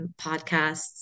podcasts